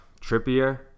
Trippier